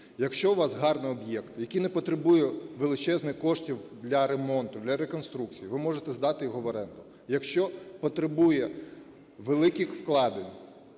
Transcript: Якщо у вас гарний об'єкт, який не потребує величезних коштів для ремонту, для реконструкції, ви можете здати його в оренду. Якщо потребує великих вкладень,